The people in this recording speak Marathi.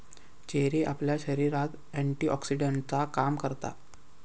चेरी आपल्या शरीरात एंटीऑक्सीडेंटचा काम करता